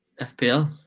FPL